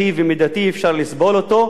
מי שעמד באמצע זה אדמונד לוי,